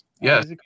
Yes